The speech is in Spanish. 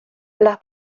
las